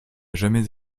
jamais